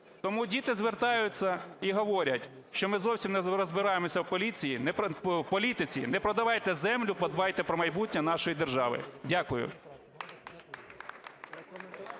Тому діти звертаються і говорять, що ми зовсім не розбираємося в політиці. Не продавайте землю. Подбайте про майбутнє нашої держави. Дякую.